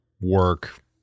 work